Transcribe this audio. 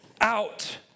out